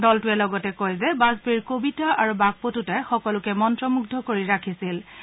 এটাটোৱে লগতে কয় যে বাজপেয়ীৰ কবিতা আৰু বাকপটূতাই সকলোকে মন্তমুগ্ধ কৰি ৰাখিছিলে